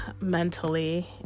mentally